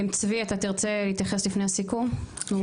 צבי, אתה תרצה להתייחס לפני הסיכום?